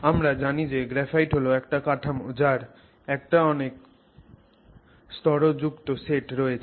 আমরা জানি যে গ্রাফাইট হল একটা কাঠামো যার একটা অনেক স্তরযুক্ত সেট রয়েছে